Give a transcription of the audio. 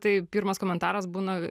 tai pirmas komentaras būna